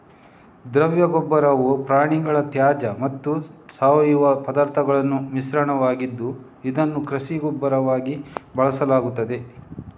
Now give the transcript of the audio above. ದ್ರವ ಗೊಬ್ಬರವು ಪ್ರಾಣಿಗಳ ತ್ಯಾಜ್ಯ ಮತ್ತು ಸಾವಯವ ಪದಾರ್ಥಗಳ ಮಿಶ್ರಣವಾಗಿದ್ದು, ಇದನ್ನು ಕೃಷಿ ಗೊಬ್ಬರವಾಗಿ ಬಳಸಲಾಗ್ತದೆ